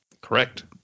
Correct